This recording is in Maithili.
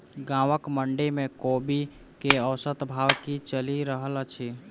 गाँवक मंडी मे कोबी केँ औसत भाव की चलि रहल अछि?